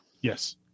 Yes